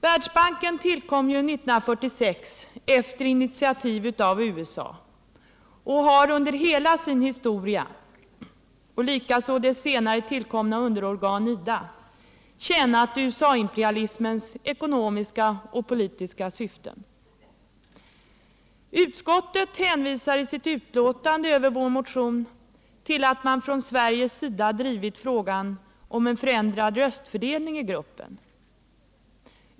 Världsbanken tillkom 1946 efter initiativ av USA, och under hela sin historia har banken, och likaså dess senare tillkomna underorgan IDA, tjänat USA-imperialismens ekonomiska och politiska syften. Utskottet hänvisar i sitt betänkande över vår motion till att man från Sveriges sida drivit frågan om en förändrad röstfördelning i gruppen.